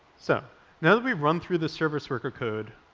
so now we've run through the service worker code,